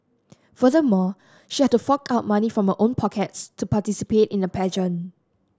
furthermore she had to fork out money from her own pockets to participate in the pageant